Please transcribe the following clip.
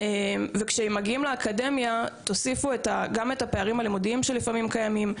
וכשמגיעים לאקדמיה תוסיפו גם את הפערים הלימודיים שלפעמים קיימים,